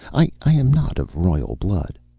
i am not of royal blood.